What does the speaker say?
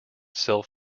self